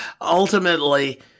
Ultimately